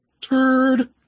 Turd